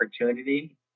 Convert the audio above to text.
opportunity